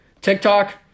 TikTok